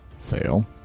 fail